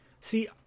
see